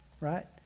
right